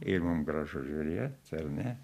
ir mum gražu žiūrėt ar ne